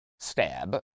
stab